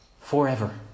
forever